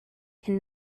can